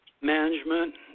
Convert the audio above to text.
Management